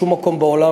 בשום מקום בעולם,